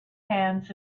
hands